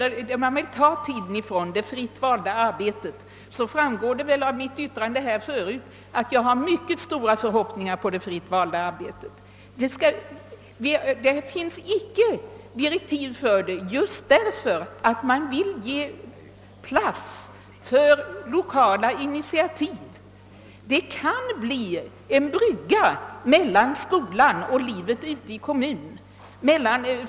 Beträffande önskemålen om att ta tid från det fritt valda arbetet vill jag säga att detta nya moment är något som jag — vilket väl framgick av mitt anförande — ställer mycket stora förhoppningar på. Det har inte utfärdats några direktiv för det fritt valda arbetet just därför att man vill ge plats för lokala initiativ, som kan åstadkomma en brygga mellan skolan och livet ute i kommunen.